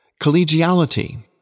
collegiality